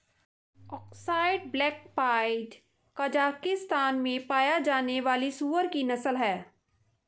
Aksai black pied Kazakhstan में पाया जाने वाली सूअर की नस्ल है